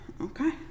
okay